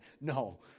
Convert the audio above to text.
No